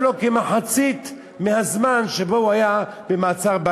לו כמחצית מהזמן שבו הוא היה במעצר-בית.